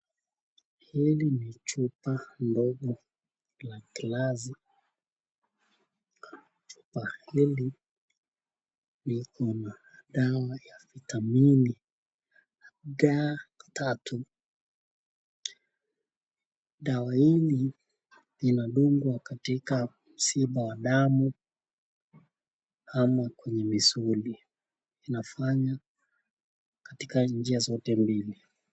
Hili ni chupa ndogo la glasi. Chupa hili liko na dawa ya vitamini D3. Dawa hili linadungwa katika mshipa wa damu ama misuli. Inafanywa katika njia zote mbili.